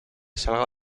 salga